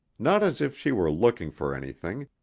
not as if she were looking for anything,